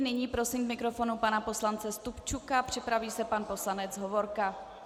Nyní prosím k mikrofonu pana poslance Stupčuka, připraví se pan poslanec Hovorka.